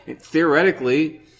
theoretically